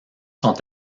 sont